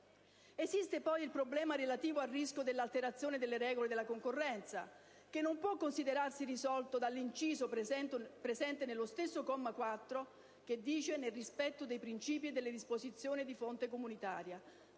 Esiste, poi, il problema relativo al rischio dell'alterazione delle regole della concorrenza, che non può considerarsi risolto dall'inciso presente nello stesso comma 4 «nel rispetto dei principi e delle disposizioni di fonte comunitaria»;